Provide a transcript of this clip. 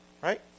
right